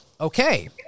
okay